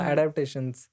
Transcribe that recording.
Adaptations